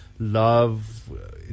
love